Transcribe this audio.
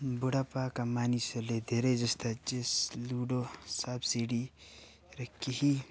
बुढापाका मानिसहरूले धेरै जस्ता चेस लुडो साँप सिँढी र केही